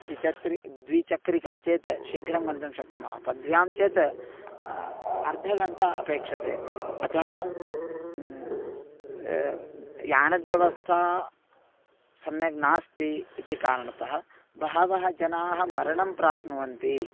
द्विचत्रि द्विचक्रिका चेत् शीघ्रं गन्तुं शक्नुमः पद्भ्यां चेत् अर्धघण्टा अपेक्षते अतः यानव्यवस्था सम्यग् नास्ति इति कारणतः बहवः जनाः मरणं प्राप्नुवन्ति